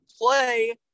play